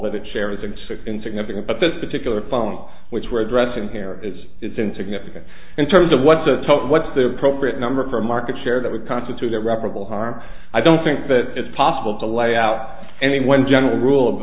and insignificant but this particular phone which we're addressing here is it's insignificant in terms of what's a top what's the appropriate number for a market share that would constitute irreparable harm i don't think that it's possible to lay out any one general rule of